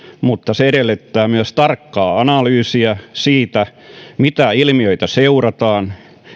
mutta se edellyttää myös tarkkaa analyysia siitä mitä ilmiöitä seurataan